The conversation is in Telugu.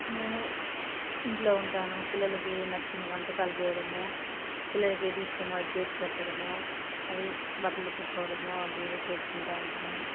నేను ఇంట్లో ఉంటాను పిల్లలకి నచ్చిన వంటకాలు చేయడము పిల్లలకి ఏది ఇష్టమో అవి చేసిపెట్టడము అవి బట్టలు ఉతుక్కోవడము అవి ఇవి చేసుకుంటా ఉంటాను